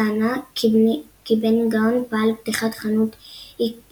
טענה כי בני גאון פעל לפתיחת חנות